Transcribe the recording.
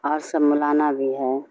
اور سب مولانا بھی ہے